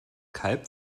kalb